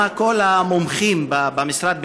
כל המומחים במשרד,